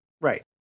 right